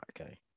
okay